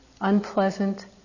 unpleasant